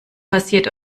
passiert